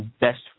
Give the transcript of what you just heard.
best